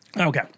Okay